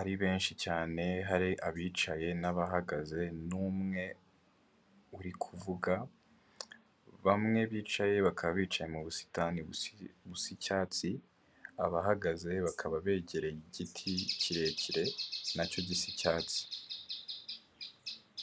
ari benshi cyane hari abicaye n'abahagaze n'umwe urikuvuga, bamwe bicaye bakaba bicaye mu busitani busa icyatsi abahagaze bakaba begereye igiti kirekire nacyo gisa icyatsi.